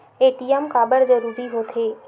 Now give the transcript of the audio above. ATM काबर जरूरी हो थे?